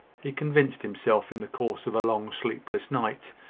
he convinced himself, in the course of a long sleepless night,